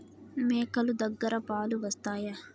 మేక లు దగ్గర పాలు వస్తాయా?